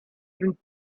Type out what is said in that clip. even